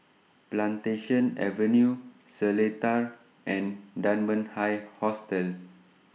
Plantation Avenue Seletar and Dunman High Hostel